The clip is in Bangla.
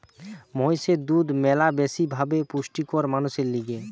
মহিষের দুধ ম্যালা বেশি ভাবে পুষ্টিকর মানুষের লিগে